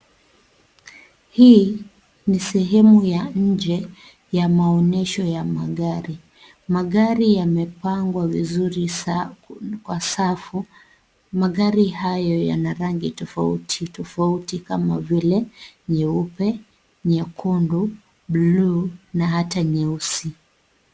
Hii ni sehemu ya nje ya maonyesho ya magari. Magari yamepangwa vizuri kwa safu, magari hayo yana rangi tofauti tofauti kama vile nyeupe, nyekundu, bluu na hata nyeusi.